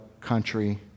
country